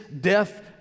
death